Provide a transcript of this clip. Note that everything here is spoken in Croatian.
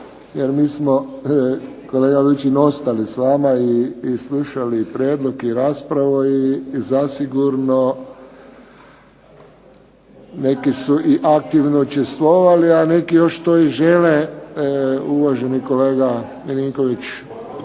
jer mi smo kolega Lučin ostali s vama i slušali prijedlog i raspravu i zasigurno neki su i aktivno učestvovali, a neki još to i žele. Uvaženi kolega Milinković.